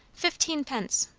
fifteenpence.